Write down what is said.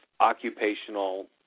occupational